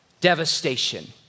devastation